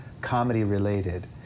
comedy-related